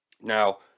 Now